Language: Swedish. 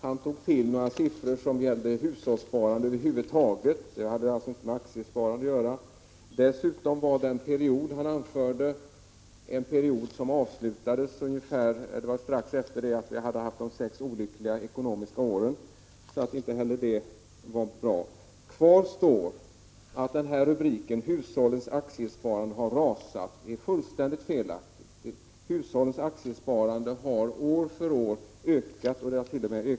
Han tog till siffror som gällde hushållssparandet över huvud taget — de hade alltså inte med aktiesparande att göra. Den period som siffrorna avsåg avslutades dessutom strax efter det att vi hade haft sex olyckliga ekonomiska år med borgerligt styre. Inte heller i det avseendet var således exemplet bra. Kvar står att rubriken Hushållens aktiesparande har rasat är fullständigt felaktig. Hushållens aktiesparande har år för år ökat, och dett.o.m.